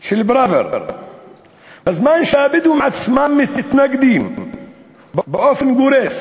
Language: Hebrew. פראוור בזמן שהבדואים עצמם מתנגדים באופן גורף